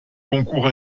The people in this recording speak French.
concours